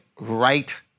right